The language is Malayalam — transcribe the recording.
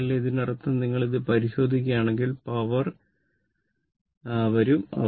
അതിനാൽ ഇതിനർത്ഥം നിങ്ങൾ ഇത് പരിശോധിക്കുകയാണെങ്കിൽ പവർ വരും